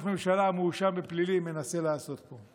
ממשלה המואשם בפלילים מנסים לעשות פה.